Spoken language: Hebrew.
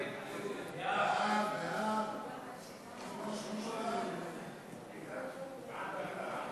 הכנסת משה גפני לסעיף 4 לא